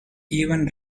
even